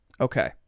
Okay